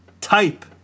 type